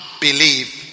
believe